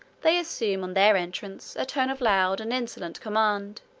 they assume, on their entrance, a tone of loud and insolent command,